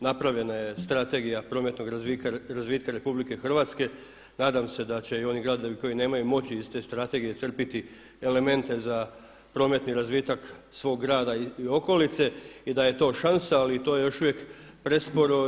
Napravljena je Strategija prometnog razvitka RH, nadam se da će i oni gradovi koji nemaju moći iz te strategije crpiti elemente za prometni razvitak svog grada i okolice i da je to šansa, ali to je je još uvijek presporo.